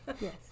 Yes